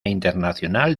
internacional